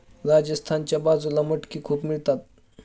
राजस्थानच्या बाजूला मटकी खूप मिळतात